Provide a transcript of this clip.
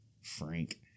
Frank